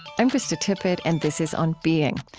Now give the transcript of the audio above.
i'm krista tippett, and this is on being.